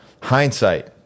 hindsight